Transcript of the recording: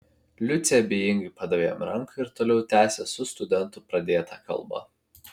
liucė abejingai padavė jam ranką ir toliau tęsė su studentu pradėtą kalbą